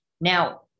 Now